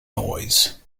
noise